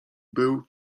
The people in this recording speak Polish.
był